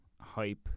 hype